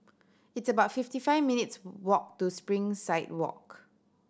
it's about fifty five minutes' walk to Springside Walk